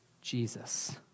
Jesus